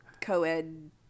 co-ed